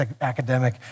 academic